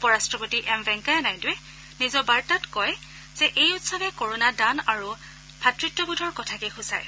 উপ ৰাষ্টপতি এম ভেংকায়া নাইডুৱে নিজৰ বাৰ্তাত কয় যে এই উৎসৱে কৰণা দান আৰু ভাতত্ববোধৰ কথাকে সূচায়